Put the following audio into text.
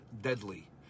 deadly